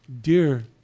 dear